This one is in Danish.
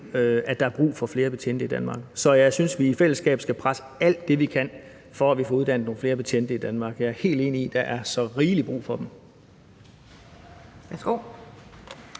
at der er brug for flere betjente i Danmark. Så jeg synes, vi i fællesskab skal presse på alt det, vi kan, for at vi får uddannet nogle flere betjente i Danmark. Jeg er helt enig i, at der er så rigeligt brug for dem.